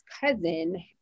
cousin